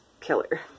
killer